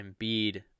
Embiid